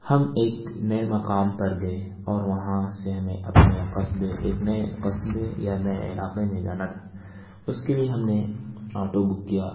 ہم ایک نئے مقام پر گئے اور وہاں سے ہمیں اپنے قصبے ایک نئے قصبے یا نئے علاقے میں جانا تھا اُس کے لیے ہم نے آٹو بک کیا